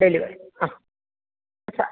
delivery ആ